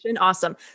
Awesome